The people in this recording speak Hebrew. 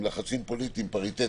פוליטיים פריטטיים,